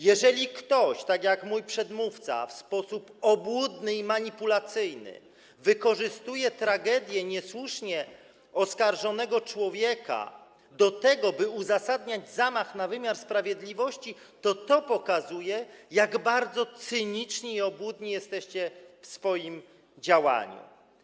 Jeżeli ktoś, tak jak mój przedmówca, w sposób obłudny i manipulacyjny wykorzystuje tragedię niesłusznie oskarżonego człowieka do tego, by uzasadniać zamach na wymiar sprawiedliwości, to pokazuje to, jak bardzo cyniczni i obłudni jesteście w swoim działaniu.